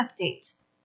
update